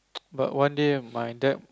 but one day when my dad